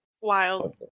wild